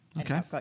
Okay